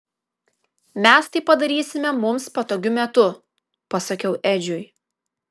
mes tai padarysime mums patogiu metu pasakiau edžiui